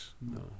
no